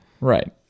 Right